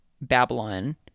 Babylon